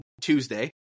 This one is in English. Tuesday